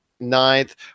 ninth